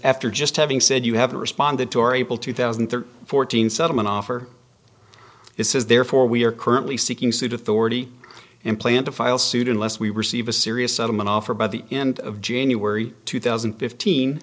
after just having said you haven't responded to our able to thousand and thirteen fourteen settlement offer this is therefore we are currently seeking suit authority and plan to file suit unless we receive a serious settlement offer by the end of january two thousand and fifteen